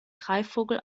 greifvogel